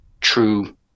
true